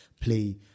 play